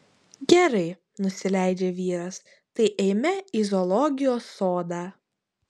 gerai nusileidžia vyras tai eime į zoologijos sodą